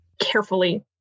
carefully